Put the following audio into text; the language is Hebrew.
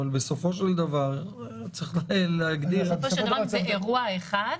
אבל בסופו של דבר צריך להגדיר --- בסופו של דבר זה אירוע אחד,